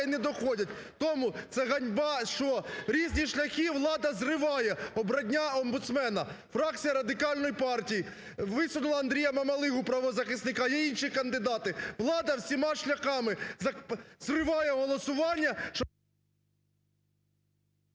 не доходять. Тому, це ганьба, що різні шляхи влада зриває обрання омбудсмена. Фракція Радикальної партії висунула Андрія Мамалигу, правозахисника, є інші кандидати, влада всіма шляхами зриває голосування,